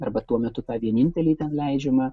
arba tuo metu tą vienintelį ten leidžiamą